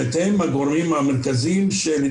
זאת אומרת מה הם הגורמים המרכזיים שלדעתי,